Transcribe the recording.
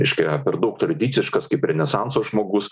reiškia per daug tradiciškas kaip renesanso žmogus